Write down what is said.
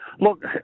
Look